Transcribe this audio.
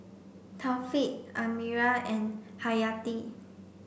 Thaqif Amirah and Haryati